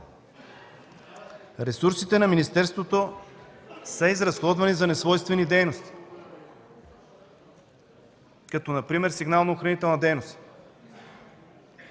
Ресурсите на министерството са изразходвани за несвойствени дейности, като например за „Сигнално-охранителна дейност”.